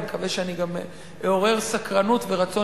אני מקווה שאני גם אעורר סקרנות ורצון